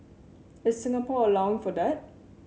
is Singapore allowing for that